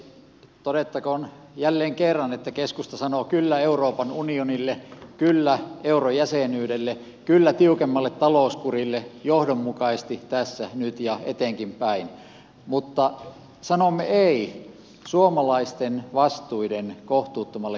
todettakoon jälleen kerran että keskusta sanoo kyllä euroopan unionille kyllä eurojäsenyydelle kyllä tiukemmalle talouskurille johdonmukaisesti tässä nyt ja eteenpäinkin mutta sanomme ei suomalaisten vastuiden kohtuuttomalle kasvattamiselle